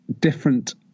different